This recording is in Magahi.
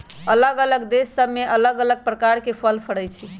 अल्लग अल्लग देश सभ में अल्लग अल्लग प्रकार के फल फरइ छइ